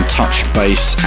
touchbase